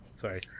sorry